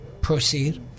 proceed